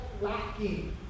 lacking